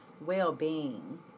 well-being